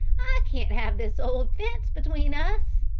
can't have this old fence between us,